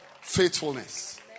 faithfulness